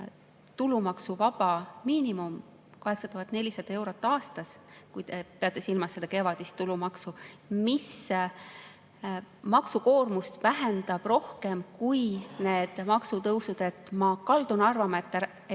tulumaksuvaba miinimum 8400 eurot aastas – kui te peate silmas seda kevadist tulumaksu –, mis maksukoormust vähendab rohkem, kui need maksutõusud [suurendavad]. Ma kaldun arvama, et